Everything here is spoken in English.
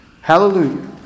Hallelujah